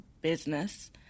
business